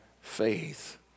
faith